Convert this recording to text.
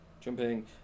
jumping